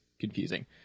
confusing